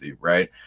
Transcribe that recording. right